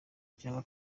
cyangwa